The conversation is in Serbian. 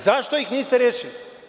Zašto ih niste rešili?